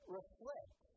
reflect